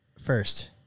first